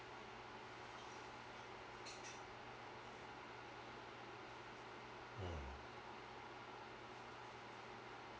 mm